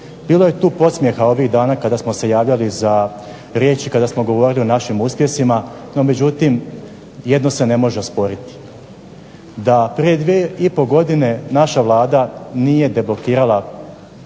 Bilo je tu podsmjeha ovih dana kada smo se javljali za riječ i kada smo govorili o našim uspjesima no međutim, jedno se ne može osporiti. Da prije dvije i pol godine naša Vlada nije deblokirala